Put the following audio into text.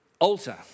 Altar